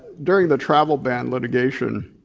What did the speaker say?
during the travel ban litigation,